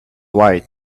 light